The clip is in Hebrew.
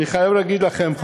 אני חייב לומר לכם,